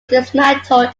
dismantled